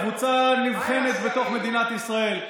קבוצה נבחרת בתוך מדינת ישראל.